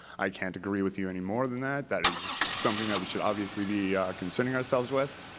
i can't agree with you any more than that. that is something that we should obviously be concerning ourselves with.